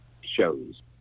shows